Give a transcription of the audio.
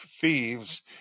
thieves